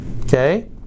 Okay